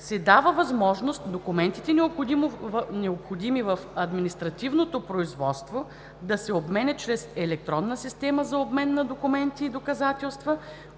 се дава възможност документите, необходими в административното производство, да се обменят чрез електронна система за обмен на документи и доказателства,